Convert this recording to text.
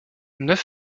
neuf